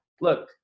Look